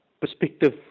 perspective